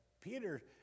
Peter